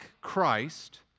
Christ